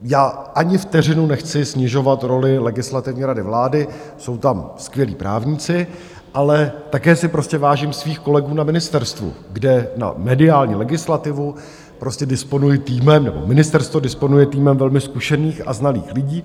Já ani vteřinu nechci snižovat roli Legislativní rady vlády, jsou tam skvělí právníci, ale také si prostě vážím svých kolegů na ministerstvu, kde na mediální legislativu disponuji týmem, nebo ministerstvo disponuje týmem velmi zkušených a znalých lidí.